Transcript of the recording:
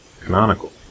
Canonical